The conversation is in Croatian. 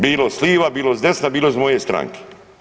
Bilo s liva, bilo s desna, bilo s moje stranke.